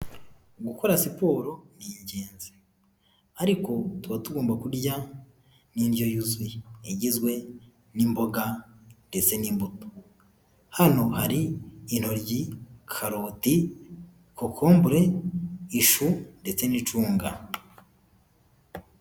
Gukora siporo ni ingenzi ariko tuba tugomba kurya n'indyo yuzuye. Igizwe n'imboga ndetse n'imbuto. Hano hari intoryi, karoti, kokombure, ishu ndetse n'icunga.